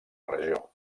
regió